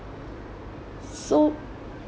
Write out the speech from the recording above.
so